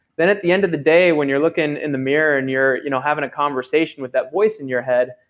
then at the end of the day, when you're looking the mirror, and you're you know having a conversation with that voice in your head,